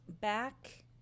Back